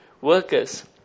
workers